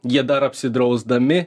jie dar apsidrausdami